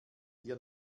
hier